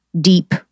deep